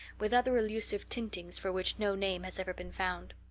with other elusive tintings for which no name has ever been found.